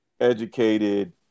educated